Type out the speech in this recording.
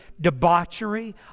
debauchery